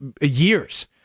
years